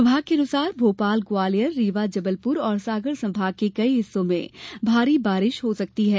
विभाग के अनुसार भोपाल ग्वालियर रीवा जबलपुर और सागर सम्भाग के कई हिस्सों में भारी बारिश हो सकती है